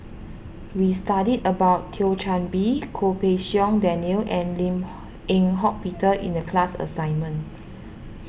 we studied about Thio Chan Bee Goh Pei Siong Daniel and Lim Eng Hock Peter in the class assignment